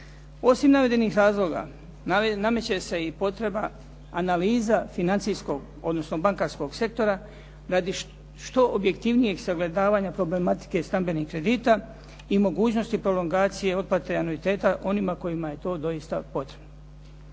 Osim navedenih razloga, nameće se i potreba analiza financijskog, odnosno bankarskog sektora radi što objektivnijeg sagledavanja problematike stambenih kredita i mogućnosti prolongacije otplate anuiteta onima kojima je to doista potrebno.